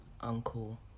uncle